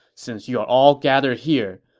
since you are all gathered here,